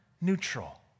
neutral